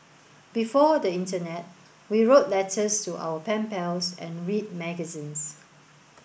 before the internet we wrote letters to our pen pals and read magazines